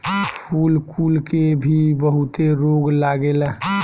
फूल कुल के भी बहुते रोग लागेला